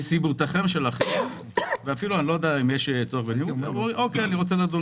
מסיבותיכם ואפילו אני לא וידע אני רוצה לדון